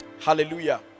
Hallelujah